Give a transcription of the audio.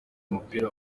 umupira